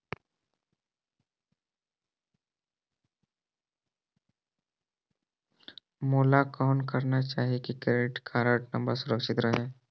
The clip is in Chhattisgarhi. मोला कौन करना चाही की क्रेडिट कारड नम्बर हर सुरक्षित रहे?